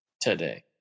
today